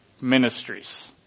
Ministries